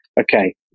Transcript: okay